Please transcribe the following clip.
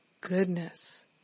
goodness